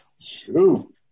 Shoot